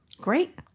Great